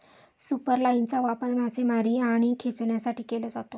सुपरलाइनचा वापर मासेमारी आणि खेचण्यासाठी केला जातो